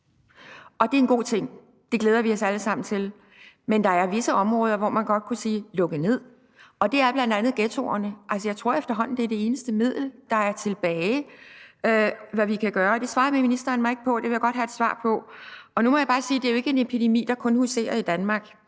og det er en god ting. Det glæder vi os alle sammen til. Men der er visse områder, hvor man godt kunne sige »lukke ned«, og det er bl.a. i ghettoerne. Jeg tror efterhånden, det er det eneste middel, der er tilbage, det eneste, vi kan gøre. Det svarer ministeren mig ikke på, og det vil jeg godt have et svar på. Nu må jeg bare sige, at det jo ikke er en epidemi, der kun huserer i Danmark.